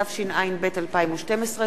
התשע"ב 2012,